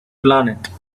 planet